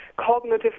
cognitive